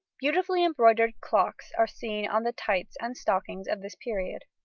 beautifully embroidered clocks are seen on the tights and stockings of this period.